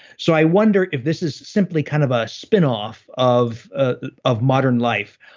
so i wonder if this is simply kind of a spin-off of ah of modern life,